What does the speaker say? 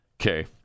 Okay